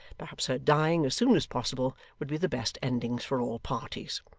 perhaps her dying as soon as possible would be the best endings for all parties.